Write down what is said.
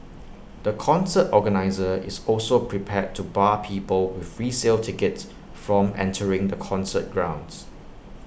the concert organiser is also prepared to bar people with resale tickets from entering the concert grounds